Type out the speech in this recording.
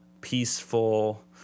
peaceful